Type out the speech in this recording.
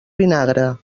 vinagre